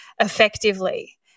effectively